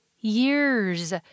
years